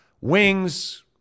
wings